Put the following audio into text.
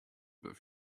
but